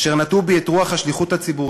אשר נטעו בי את רוח השליחות הציבורית